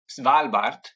Svalbard